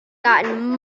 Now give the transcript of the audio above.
gotten